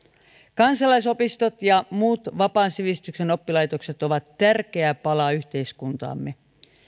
kansalaisopistot ja muut vapaan sivistyksen oppilaitokset ovat tärkeä pala yhteiskuntaamme